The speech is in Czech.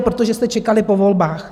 Protože jste čekali po volbách.